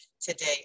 today